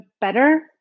better